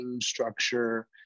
structure